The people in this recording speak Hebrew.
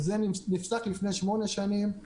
זה נפסק לפני שמונה שנים.